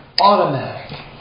automatic